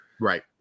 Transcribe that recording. Right